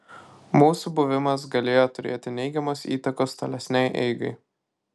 mūsų buvimas galėjo turėti neigiamos įtakos tolesnei eigai